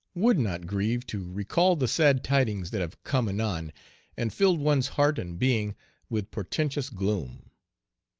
would not grieve to recall the sad tidings that have come anon and filled one's heart and being with portentous gloom?